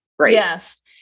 Yes